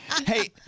Hey